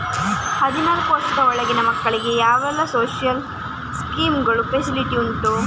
ಹದಿನಾಲ್ಕು ವರ್ಷದ ಒಳಗಿನ ಮಕ್ಕಳಿಗೆ ಯಾವೆಲ್ಲ ಸೋಶಿಯಲ್ ಸ್ಕೀಂಗಳ ಫೆಸಿಲಿಟಿ ಉಂಟು?